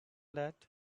that